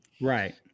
Right